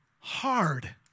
hard